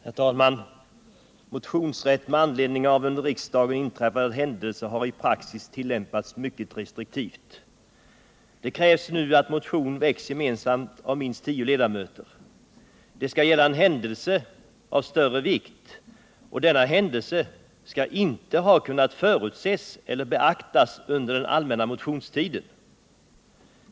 Herr talman! Motionsrätt med anledning av under riksdagen inträffad händelse har i praxis tillämpats mycket restriktivt. Det krävs nu att motion väcks gemensamt av minst tio ledamöter. Det skall gälla en händelse av större vikt, och denna händelse skall inte ha kunnat förutses eller beaktas under den allmänna motionstiden.